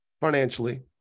financially